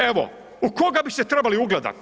Evo u koga bi se trebali ugledat?